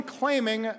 claiming